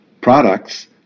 products